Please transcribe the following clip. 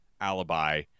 alibi